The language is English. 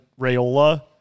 Rayola